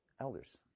Elders